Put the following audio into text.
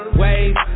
wave